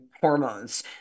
hormones